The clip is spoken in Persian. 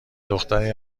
دختری